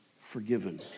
forgiven